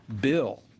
bill